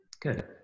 Good